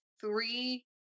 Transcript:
three